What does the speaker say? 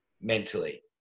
mentally